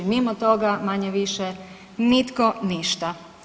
Mimo toga manje-više, nitko ništa.